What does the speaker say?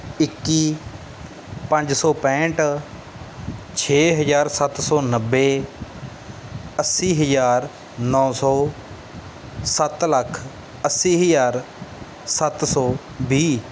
ਇੱਕੀ ਪੰਜ ਸੌ ਪੈਂਹਠ ਛੇ ਹਜ਼ਾਰ ਸੱਤ ਸੌ ਨੱਬੇ ਅੱਸੀ ਹਜ਼ਾਰ ਨੌਂ ਸੌ ਸੱਤ ਲੱਖ ਅੱਸੀ ਹਜ਼ਾਰ ਸੱਤ ਸੌ ਵੀਹ